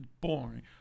boring